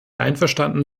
einverstanden